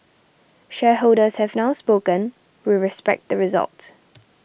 shareholders have now spoken we respect the result